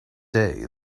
day